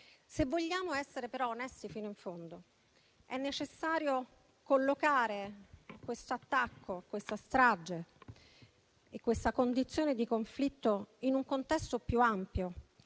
però vogliamo essere onesti fino in fondo, è necessario collocare questo attacco, questa strage e questa condizione di conflitto in un contesto più ampio,